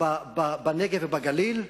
בנגב ובגליל,